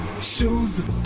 shoes